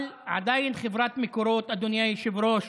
אבל עדיין חברת מקורות, אדוני היושב-ראש,